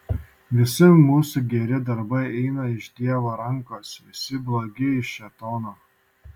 visi mūsų geri darbai eina iš dievo rankos visi blogi iš šėtono